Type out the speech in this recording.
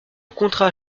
contrat